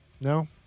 No